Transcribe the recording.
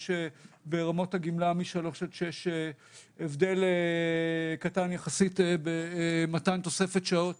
יש ברמות הגמלה מ-3 עד 6 הבדל קטן יחסית במתן תוספת שעות